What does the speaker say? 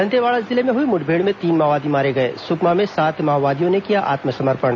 दंतेवाड़ा जिले में हुई मुठभेड़ में तीन माओवादी मारे गए सुकमा में सात माओवादियों ने किया आत्मसमर्पण